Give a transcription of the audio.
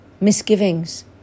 misgivings